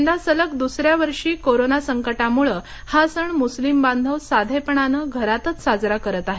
यंदा सलग द्सऱ्या वर्षी कोरोना संकटामुळं हा सण मुस्लीम बांधव साधेपणानं घरातच साजरा करत आहेत